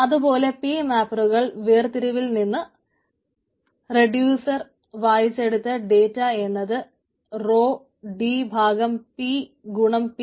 അതുപോലെ പി മാപ്പറുകൾ വേർതിരിവിൽ നിന്ന് റെഡിയൂസർ വായിച്ചെടുത്ത ഡേറ്റാ എന്നത് റോ D ഭാഗം പി ഗുണം പി